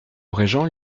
régent